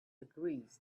agrees